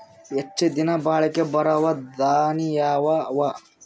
ಹೆಚ್ಚ ದಿನಾ ಬಾಳಿಕೆ ಬರಾವ ದಾಣಿಯಾವ ಅವಾ?